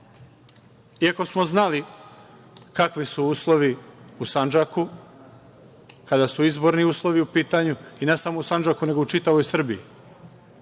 Iako smo znali kakvi su uslovi u Sandžaku kada su izborni uslovi u pitanju, i ne samo u Sandžaku nego u čitavoj Srbiji,